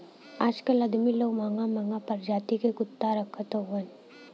आजकल अदमी लोग महंगा महंगा परजाति क कुत्ता रखत हउवन